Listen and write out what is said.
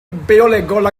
biolegol